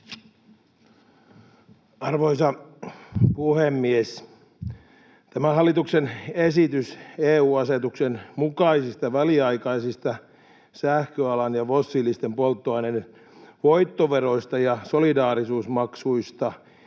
Arvoisa puhemies! Tämä hallituksen esitys EU-asetuksen mukaisista väliaikaisista sähköalan ja fossiilisten polttoaineiden voittoveroista ja solidaarisuusmaksuista